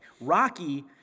Rocky